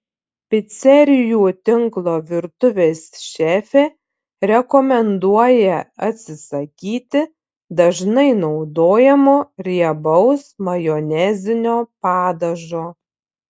picerijų tinklo virtuvės šefė rekomenduoja atsisakyti dažnai naudojamo riebaus majonezinio padažo